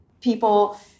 people